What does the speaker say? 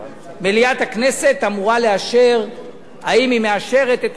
מליאת הכנסת אמורה לאשר אם היא מאשרת את הצו